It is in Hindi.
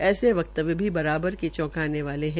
ऐसे वक्तव्य भी बराबार के चौकाने वाले है